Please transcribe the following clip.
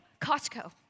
Costco